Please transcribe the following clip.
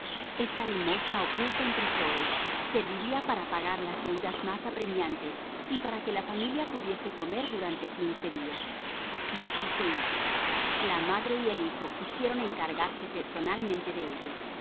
esta limosna oculta entre flores serviría para pagar las deudas más apremiantes y para que la familia pudiese comer durante quince días y así se hizo la madre y el hijo quisieron encargarse personalmente de ello